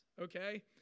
okay